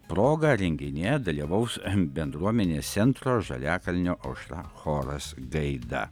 proga renginyje dalyvaus bendruomenės centro žaliakalnio aušra choras gaida